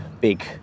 big